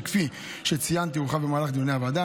שכפי שציינתי הורחב במהלך דיוני הוועדה.